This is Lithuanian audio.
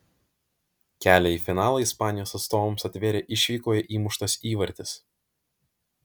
kelią į finalą ispanijos atstovams atvėrė išvykoje įmuštas įvartis